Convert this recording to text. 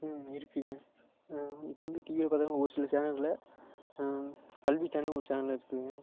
ம் இருக்குதுங்க இப்போ வந்து டிவியில பார்த்திங்கன்னா ஒரு சில சேனல்கள்ல கல்வி சேனல்ன்னு ஒரு சேனல் இருக்குதுங்க